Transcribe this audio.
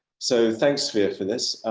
so thanks sphere for this.